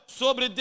sobre